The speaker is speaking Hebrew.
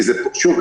שוב,